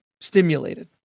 stimulated